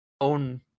own